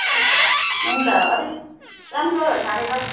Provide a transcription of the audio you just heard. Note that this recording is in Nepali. हुन्छ अलिक राम्रो छानेर